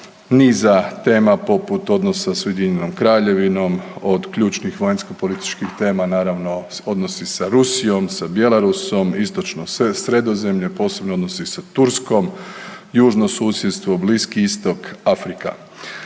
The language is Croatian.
niza tema poput odnosa s Ujedinjenom Kraljevinom, od ključnih vanjsko političkih tema naravno odnosi sa Rusijom, sa Bjelarusom, Istočno Sredozemlje, posebno odnosi sa Turskom, južno susjedstvo, Bliski Istok, Afrika.